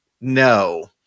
no